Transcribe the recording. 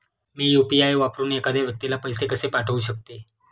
मी UPI वापरून एखाद्या व्यक्तीला पैसे कसे पाठवू शकते?